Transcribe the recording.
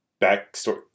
backstory